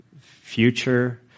future